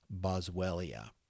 Boswellia